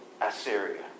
Assyria